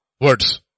words